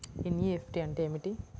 NEFT అంటే ఏమిటీ?